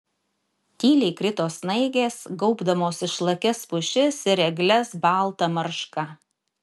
tyliai krito snaigės gaubdamos išlakias pušis ir egles balta marška